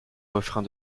refrain